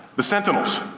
the sentinels,